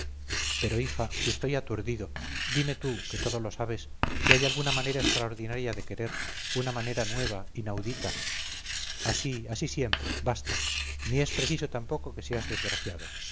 pero hija si estoy aturdido dime tú que todo lo sabes si hay alguna manera extraordinaria de querer una manera nueva inaudita así así siempre basta ni es preciso tampoco que seas desgraciado